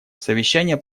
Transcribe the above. совещание